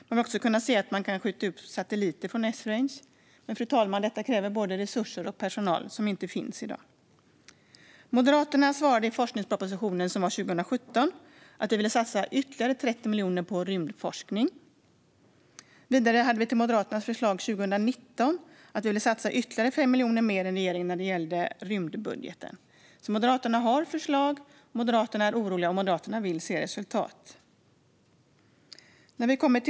Man vill också kunna se att man kan skjuta upp satelliter från Esrange. Men, fru talman, detta kräver både resurser och personal som inte finns i dag. I samband med forskningspropositionen 2017 svarade vi i Moderaterna att vi ville satsa ytterligare 30 miljoner på rymdforskning. Vidare var Moderaternas förslag 2019 att satsa ytterligare 5 miljoner mer än regeringen på rymdbudgeten. Moderaterna har alltså förslag. Moderaterna är oroliga och vill se resultat.